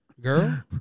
girl